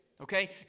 Okay